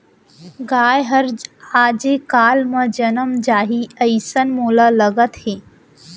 गाय हर आजे काल म जनम जाही, अइसन मोला लागत हे